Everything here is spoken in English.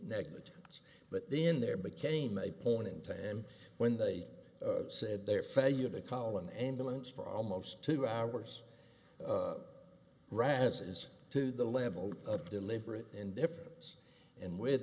negligence but then there became a point in time when they said their failure to collin ambulance for almost two hours rattus as to the level of deliberate indifference and with